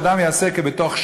שאדם יעשה כבתוך שלו,